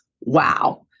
wow